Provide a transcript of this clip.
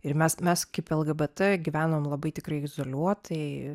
ir mes mes kaip lgbt gyvenom labai tikrai izoliuotai